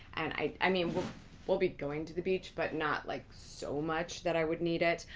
and i i mean we'll we'll be going to the beach, but not like so much that i would need it.